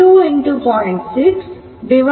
2 0